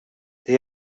they